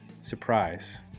surprise